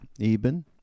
Eben